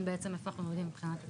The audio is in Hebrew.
איפה אנחנו עומדים מבחינת הצפיפויות.